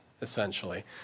essentially